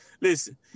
listen